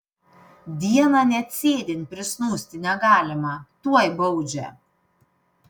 dieną net sėdint prisnūsti negalima tuoj baudžia